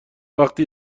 وقتی